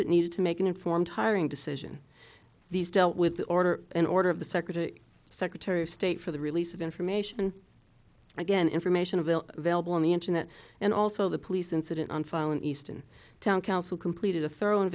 it needed to make an informed hiring decision these dealt with the order in order of the secretary secretary of state for the release of information again information available vailable on the internet and also the police incident on file an eastern town council completed a thorough